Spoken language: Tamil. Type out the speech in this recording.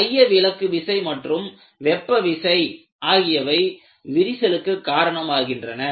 மையவிலக்கு விசை மற்றும் வெப்ப விசை ஆகியவை விரிசலுக்கு காரணமாகின்றன